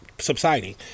Subsiding